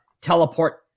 teleport